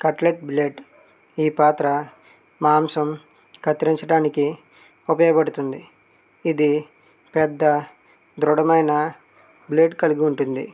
cutlet blade ఈ పాత్ర మాంసం కత్తిరించడానికి ఉపయోగపడుతుంది ఇది పెద్ద దృఢమైన బ్లేడ్ కలిగి ఉంటుంది